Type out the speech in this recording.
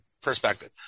perspective